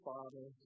Father